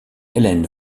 ellen